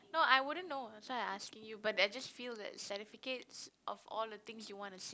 no I wouldn't know that's why I asking you but that I just feel that certificates of all the things you want to save